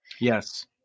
Yes